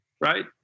right